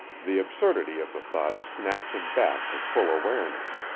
the absurdity of the thought snapped him back to full awareness.